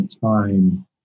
time